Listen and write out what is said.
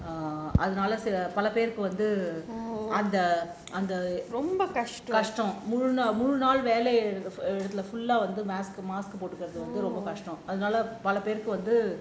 அதுனால சில பல பேர்க்கு வந்து அந்த கஷ்டம் மூணுநாள் வேலை இடத்துல:athunaala sila pala paerku vanthu antha kashtam moonaal velai idathula full ah வந்து:vanthu mask mask போட்டுக்கறது வந்து ரொம்ப கஷ்டம் அதுனால பல பேர்க்கு வந்து:pottukrathu vanthu romba kashtam athunaala pala paerku vanthu